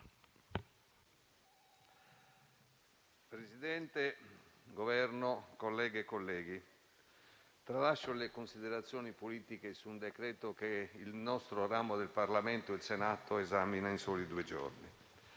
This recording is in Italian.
del Governo, colleghe e colleghi, tralascio le considerazioni politiche su un decreto che il nostro ramo del Parlamento, il Senato, esamina in soli due giorni.